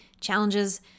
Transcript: challenges